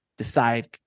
Decide